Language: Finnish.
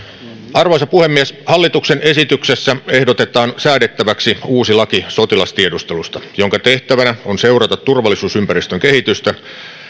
arvoisa puhemies hallituksen esityksessä ehdotetaan säädettäväksi uusi laki sotilastiedustelusta jonka tehtävänä on seurata turvallisuusympäristön kehitystä